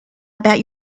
about